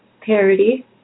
parody